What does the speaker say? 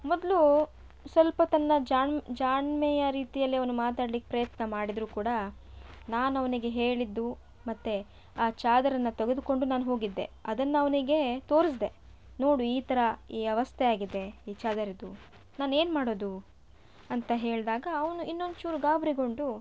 ಮೊದಲು ಸ್ವಲ್ಪ ತನ್ನ ಜಾಣ್ಮೆಯ ರೀತಿಯಲ್ಲಿ ಅವ್ನು ಮಾತಾಡ್ಲಿಕ್ಕೆ ಪ್ರಯತ್ನ ಮಾಡಿದರೂ ಕೂಡ ನಾನು ಅವನಿಗೆ ಹೇಳಿದ್ದು ಮತ್ತೆ ಆ ಚಾದರನ್ನ ತೆಗೆದುಕೊಂಡು ನಾನು ಹೋಗಿದ್ದೆ ಅದನ್ನು ಅವನಿಗೆ ತೋರಿಸಿದೆ ನೋಡು ಈ ಥರ ಈ ಅವಸ್ಥೆ ಆಗಿದೆ ಈ ಚಾದರಿದ್ದು ನಾನು ಏನು ಮಾಡೋದು ಅಂತ ಹೇಳಿದಾಗ ಅವ್ನು ಇನ್ನೊಂಚೂರು ಗಾಬರಿಗೊಂಡು